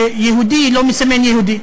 שיהודי לא מסמן יהודי.